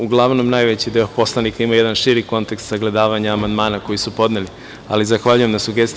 Uglavnom najveći deo poslanika ima jedan širi kontekst sagledavanja amandmana koji su podneli, ali zahvaljujem na sugestiji.